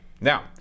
Now